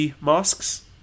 masks